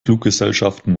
fluggesellschaften